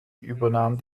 übernahm